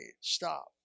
stop